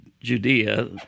Judea